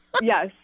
Yes